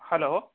hello